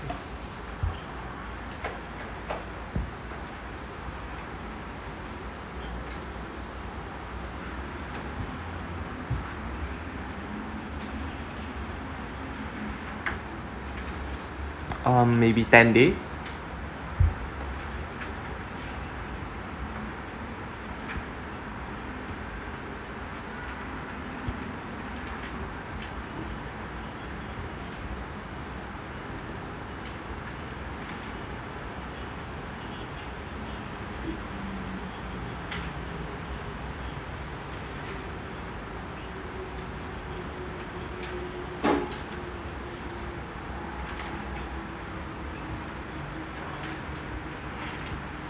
um maybe ten days